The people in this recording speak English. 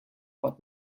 but